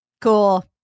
Cool